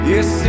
Yes